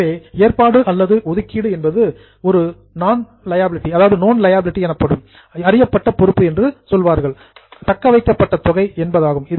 எனவே புரோவிஷன் ஏற்பாடு அல்லது ஒதுக்கீடு என்பது ஒரு நோன் லியாபிலிடி அறியப்பட்ட பொறுப்புக்காக ரீடெயிண்டு தக்கவைக்கப்பட்ட தொகை என்பதாகும்